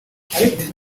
kiti